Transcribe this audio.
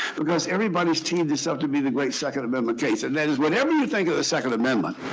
because everybody's teed this up to be the great second amendment case. and that is, whatever you think of the second amendment,